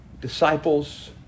disciples